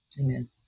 amen